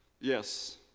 yes